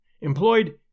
employed